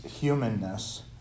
humanness